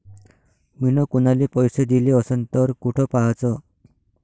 मिन कुनाले पैसे दिले असन तर कुठ पाहाचं?